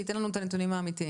שייתן לנו את הנתונים האמיתיים.